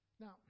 Now